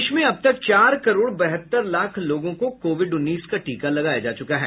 देश में अब तक चार करोड़ बहत्तर लाख लोगों को कोविड उन्नीस का टीका लगाया जा चुका है